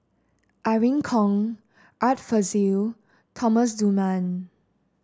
Irene Khong Art Fazil Thomas Dunman